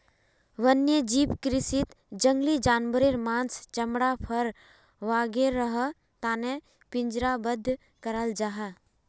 वन्यजीव कृषीत जंगली जानवारेर माँस, चमड़ा, फर वागैरहर तने पिंजरबद्ध कराल जाहा